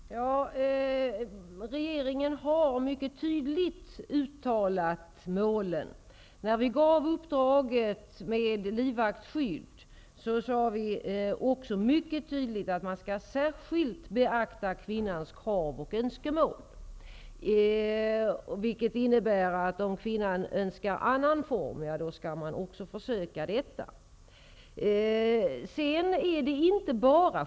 Herr talman! Regeringen har mycket tydligt uttalat målen. När vi gav uppdraget med livvaktsskydd sade vi mycket tydligt att man särskilt skall beakta kvinnans krav och önskemål, vilket innebär att om kvinnan önskar annan form, skall man också försöka med det.